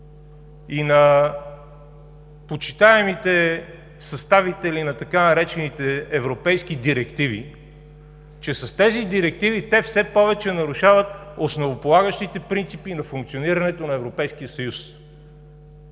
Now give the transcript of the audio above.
и на почитаемите съставители на така наречените „европейски директиви“, че с тези директиви те все повече нарушават основополагащите принципи на функционирането на Европейския съюз.